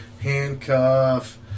handcuff